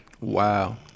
Wow